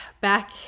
back